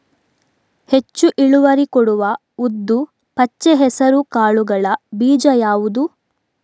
ಹೆಚ್ಚು ಇಳುವರಿ ಕೊಡುವ ಉದ್ದು, ಪಚ್ಚೆ ಹೆಸರು ಕಾಳುಗಳ ಬೀಜ ಯಾವುದು?